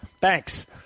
Thanks